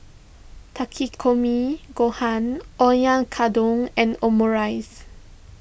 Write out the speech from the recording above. Takikomi Gohan Oyakodon and Omurice